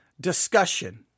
discussion